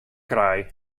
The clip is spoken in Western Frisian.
krij